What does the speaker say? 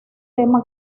tema